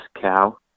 cow